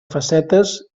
facetes